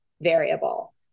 variable